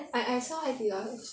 I I saw 海底捞